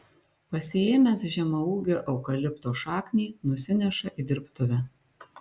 pasiėmęs žemaūgio eukalipto šaknį nusineša į dirbtuvę